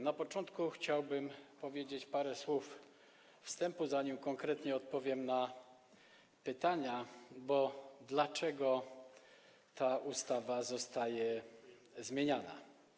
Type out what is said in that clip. Na początku chciałbym powiedzieć parę słów wstępu, zanim konkretnie odpowiem na pytanie, dlaczego ta ustawa zostaje zmieniana.